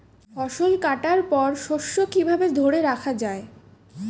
ফসল কাটার পর শস্য কিভাবে ধরে রাখা য়ায়?